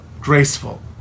graceful